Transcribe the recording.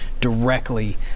directly